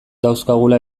dauzkagula